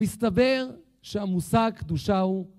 מסתבר שהמושג קדושה הוא...